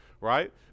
right